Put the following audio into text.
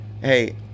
hey